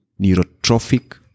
neurotrophic